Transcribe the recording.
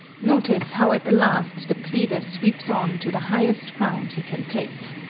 notice how at the last the pleader sweeps on to the highest ground he can take.